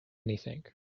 anything